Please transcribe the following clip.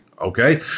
Okay